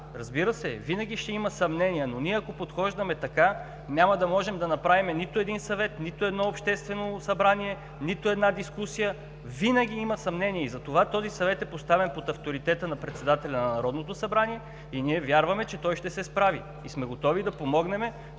разбира се, винаги ще има съмнение. Ако обаче подхождаме така, няма да можем да направим нито един съвет, нито едно обществено събрание, нито една дискусия, винаги ще има съмнение! Затова Съветът е поставен под авторитета на председателя на Народното събрание и вярваме, че той ще се справи. Готови сме да помогнем,